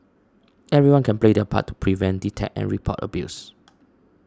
everyone can play their part to prevent detect and report abuse